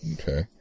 Okay